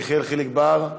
יחיאל חיליק בר,